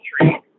tree